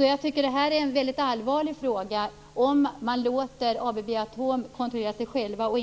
Jag tycker att det är en allvarlig fråga om man låter ABB Atom kontrollera sig själv och